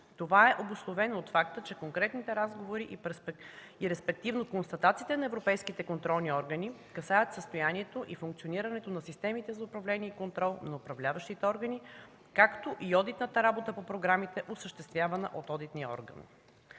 Това е обусловено от факта, че конкретните разговори и респективно констатациите на европейските контролни органи касаят състоянието и функционирането на системите за управление и контрол на управляващите органи, както и одитната работа по програмите, осъществявани от одитния орган.